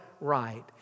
right